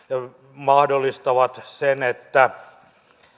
mahdollistavat sen että